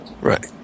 Right